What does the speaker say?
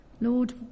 Lord